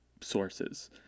sources